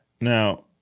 now